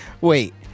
Wait